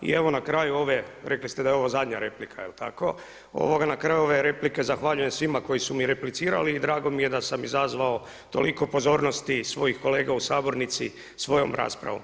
I evo na kraju ove, rekli ste da je ovo zadnja replika, je li tako, na kraju ove replike zahvaljujem svima koji su mi replicirali i drago mi je da sam izazvao toliko pozornosti svojih kolega u sabornici svojom raspravom.